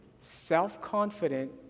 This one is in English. self-confident